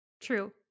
true